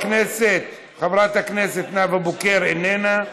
חברת הכנסת נאוה בוקר, איננה,